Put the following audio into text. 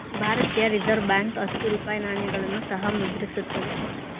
ಭಾರತೀಯ reserve bank ಹತ್ತು ರೂಪಾಯಿ ನಾಣ್ಯಗಳನ್ನು ಸಹ ಮುದ್ರಿಸುತ್ತಿದೆ